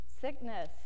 sickness